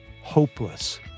hopeless